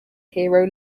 hero